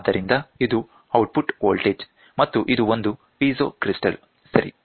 ಆದ್ದರಿಂದ ಇದು output voltage ಮತ್ತು ಇದು ಒಂದು ಪೀಜೊ ಕ್ರಿಸ್ಟಲ್ ಸರಿ